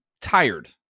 tired